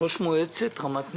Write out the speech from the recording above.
ראש מועצת רמת נגב.